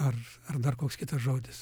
ar ar dar koks kitas žodis